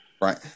right